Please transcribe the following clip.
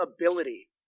ability